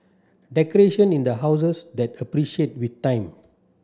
decoration in the houses that appreciate with time